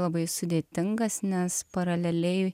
labai sudėtingas nes paraleliai